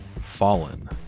fallen